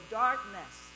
darkness